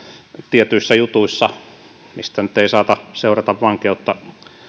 tietyissä jutuissa mistä nyt ei saata seurata vankeutta